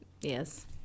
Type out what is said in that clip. Yes